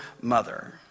mother